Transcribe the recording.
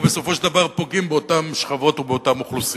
ובסופו של דבר פוגעים באותן שכבות ובאותן אוכלוסיות.